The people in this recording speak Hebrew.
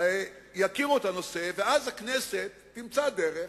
יכירו את הנושא, ואז הכנסת תמצא דרך.